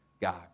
God